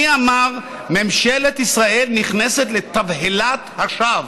מי אמר: ממשלת ישראל נכנסת לתבהלת שווא?